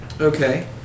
Okay